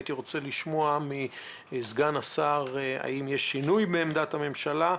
הייתי רוצה לשמוע מסגן השר האם יש שינוי בעמדת הממשלה,